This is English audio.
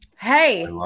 Hey